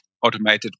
automated